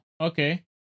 okay